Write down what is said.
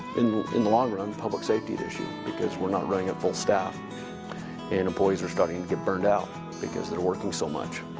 in in the long run public safety as issue because we are not running at full staff and employees are starting to get burned out because they are working so much.